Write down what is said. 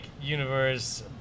universe